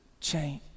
change